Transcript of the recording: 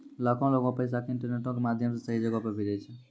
लाखो लोगें पैसा के इंटरनेटो के माध्यमो से सही जगहो पे भेजै छै